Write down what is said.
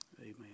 Amen